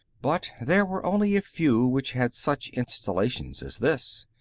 but there were only a few which had such installations as this,